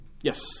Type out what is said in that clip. Yes